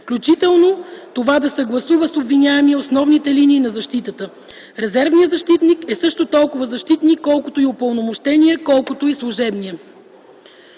включително това да съгласува с обвиняемия основните линии на защитата. Резервният защитник е също толкова защитник колкото и упълномощеният, колкото и служебният.